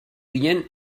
ginen